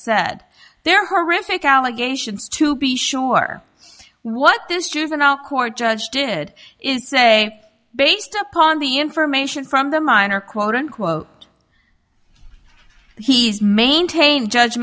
said there are horrific allegations to be sure what this juvenile court judge did is say based upon the information from the minor quote unquote he's maintained judge